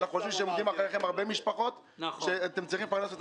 כי אנחנו חושבים שעומדות מאחוריכם הרבה משפחות שאתם צריכים לפרנס,